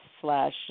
slash